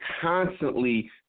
constantly